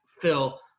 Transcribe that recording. Phil